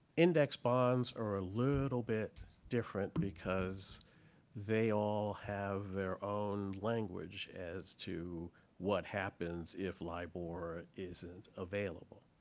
index bonds are a little bit different. because they all have their own language as to what happens if libor isn't available.